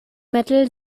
metal